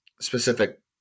specific